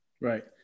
Right